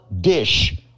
dish